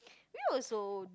you also